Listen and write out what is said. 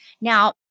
Now